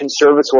conservatory